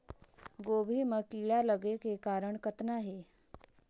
गोभी म कीड़ा लगे के कारण कतना हे?